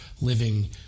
living